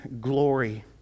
glory